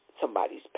somebody's